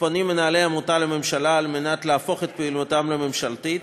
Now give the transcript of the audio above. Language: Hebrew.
פונים מנהלי העמותה לממשלה על מנת להפוך את פעילותם לממשלתית,